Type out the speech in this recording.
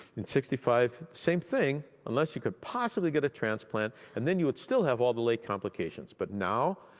in sixty five, same thing, unless you could possibly get a transplant, and then you would still have all the late complications but now,